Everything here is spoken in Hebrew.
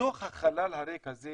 בתוך החלל הריק הזה